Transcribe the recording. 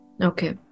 Okay